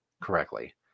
correctly